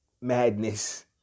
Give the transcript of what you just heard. madness